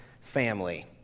family